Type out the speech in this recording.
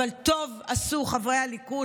אבל טוב עשו חברי הליכוד,